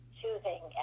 choosing